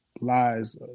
lies